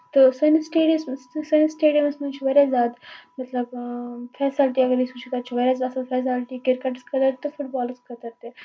تہٕ سٲنِس سِٹیڈیَمَس سٲنِس سٹیڈیمَس منٛز چھِ واریاہ زیادٕ مطلب فیسلٹی اگر أسۍ وٕچھَو تَتہِ چھُ واریاہ زیادٕ فیسلٹی کِرکٹس خٲطرٕ تہٕ فُٹ بالَس خٲطرٕ تہِ